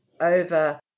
over